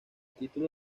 título